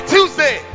Tuesday